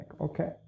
Okay